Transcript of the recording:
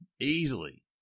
Easily